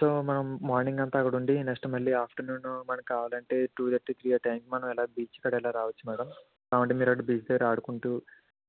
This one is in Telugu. సో మనం మార్నింగ్ అంత అక్కడ ఉండి నెక్స్ట్ మళ్ళీ ఆఫ్టర్నూన్ మనకు కావాలంటే టూ థర్టీ త్రీ థర్టీ ఆ టైంకి మనం ఎలా బీచ్ కాడ ఇలా రావచ్చు మేడం ఏమంటే మీరు అటు బీచ్ దగ్గర ఆడుకుంటూ